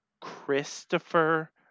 Christopher